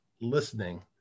listening